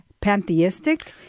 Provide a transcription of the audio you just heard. pantheistic